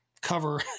cover